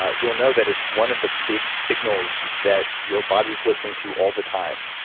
ah you'll know that it's one of the big signals that your body is listening to all the time.